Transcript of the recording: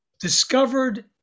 discovered